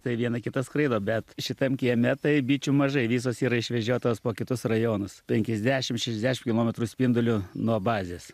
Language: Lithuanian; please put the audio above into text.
tai viena kita skraido bet šitam kieme tai bičių mažai visos yra išvežiotos po kitus rajonus penkiasdešim šešiasdešim kilometrų spinduliu nuo bazės